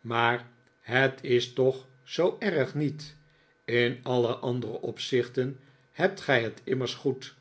maar het is toch zoo erg niet in alle andere opzichten hebt gij het immers goed